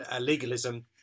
legalism